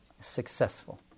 successful